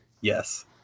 yes